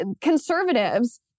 conservatives